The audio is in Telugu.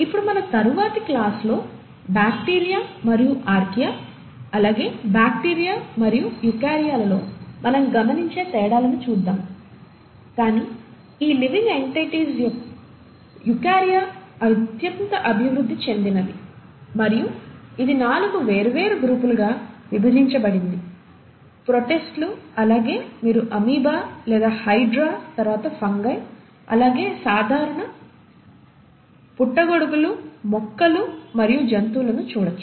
ఇప్పుడు మన తరువాతి క్లాస్ లో బ్యాక్టీరియా మరియు ఆర్కియా అలాగే బాక్టీరియా మరియు యూకారియాల లో మనం గమనించే తేడాలను చూద్దాము కానీ ఈ లివింగ్ ఎన్టైటిస్ లో యూకార్య అత్యంత అభివృద్ధి చెందింది మరియు ఇది నాలుగు వేర్వేరు గ్రూపులుగా విభజించబడింది ప్రొటీస్టులు ఇక్కడే మీరు అమీబా లేదా హైడ్రా తరువాత ఫంగై అలాగే సాధారణ పుట్టగొడుగులు మొక్కలు మరియు జంతువులను చూడవచ్చు